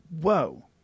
Whoa